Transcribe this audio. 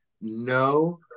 no